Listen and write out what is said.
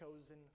chosen